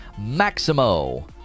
maximo